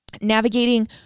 navigating